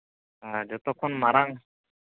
ᱟᱨ ᱡᱚᱛᱚ ᱠᱷᱚᱱ ᱢᱟᱨᱟᱝ